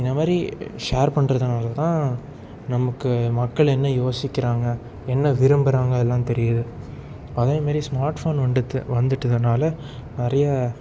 இந்த மாதிரி ஷேர் பண்ணுறதுனாலதான் நமக்கு மக்கள் என்ன யோசிக்கிறாங்க என்ன விரும்புகிறாங்க எல்லாம் தெரியுது அதே மாரி ஸ்மார்ட் ஃபோன் வன்டுத்து வந்துவிட்டதுனால நிறையா